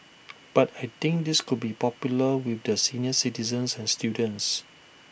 but I think this could be popular with the senior citizens and students